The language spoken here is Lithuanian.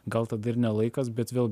gal tada ir ne laikas bet vėl